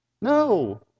No